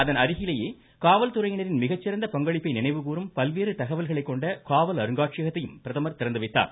அதன் அருகிலேயே காவல்துறையினரின் மிகச்சிறந்த பங்களிப்பை நினைவுகூறும் பல்வேறு தகவல்களைக்கொண்ட காவல் அருங்காட்சியகத்தையும் பிரதமர் திறந்துவைத்தார்